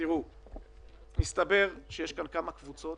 מסתבר שיש פה קבוצות